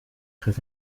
très